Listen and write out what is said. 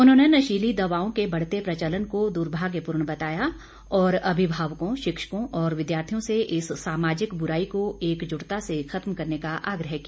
उन्होंने नशीली दवाओं के बढ़ते प्रचलन को दुर्भाग्यपूर्ण बताया और अभिभावकों शिक्षकों और विद्यार्थियों से इस समाजिक बुराई को एकजुटता से खत्म करने का आग्रह किया